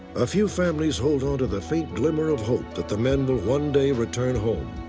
a few families hold on to the faint glimmer of hope that the men will one day return home.